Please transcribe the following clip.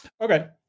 Okay